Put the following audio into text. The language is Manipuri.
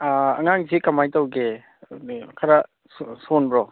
ꯑꯉꯥꯡꯁꯦ ꯀꯃꯥꯏꯅ ꯇꯧꯒꯦ ꯑꯗꯨꯝ ꯈꯔ ꯁꯣꯟꯕ꯭ꯔꯣ